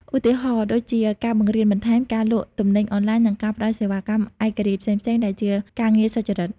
ឧទាហរណ៍ដូចជា ការបង្រៀនបន្ថែម ការលក់ទំនិញអនឡាញ និងការផ្តល់សេវាកម្មឯករាជ្យផ្សេងៗដែលជាការងារសុចរិត។